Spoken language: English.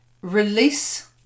release